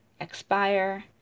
expire